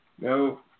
No